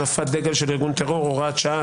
בגין הנפת דגל של ארגון טרור) (הוראת שעה),